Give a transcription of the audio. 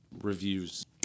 Reviews